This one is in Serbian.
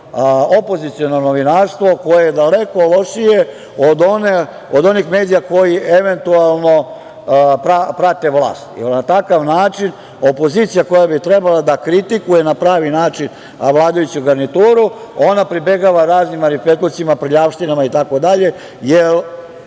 opoziciono novinarstvo koje je daleko lošije od onih medija koji eventualno prate vlast, jer na takav način opozicija koja bi trebala da kritikuje na pravi način vladajuću garnituru, ona pribegava raznim marifetlucima, prljavštinama itd, jer